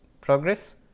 progress